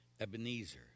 Ebenezer